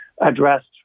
addressed